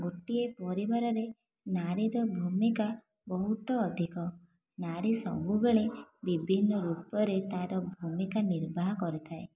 ଗୋଟିଏ ପରିବାରରେ ନାରୀର ଭୂମିକା ବହୁତ ଅଧିକ ନାରୀ ସବୁବେଳେ ବିଭିନ୍ନ ରୂପରେ ତା'ର ଭୂମିକା ନିର୍ବାହ କରିଥାଏ